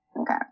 Okay